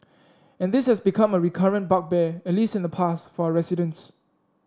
and this has become a recurrent bugbear at least in the past for resident